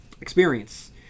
experience